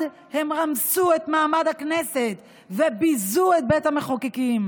הם רמסו את מעמד הכנסת וביזו את בית המחוקקים,